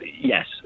yes